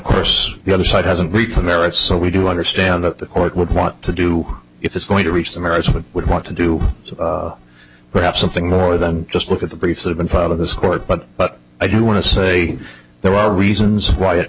course the other side hasn't reached the merits so we do understand that the court would want to do if it's going to reach the merits we would want to do so perhaps something more than just look at the briefs have been filed of this court but but i do want to say there are reasons why it